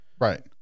Right